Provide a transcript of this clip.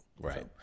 right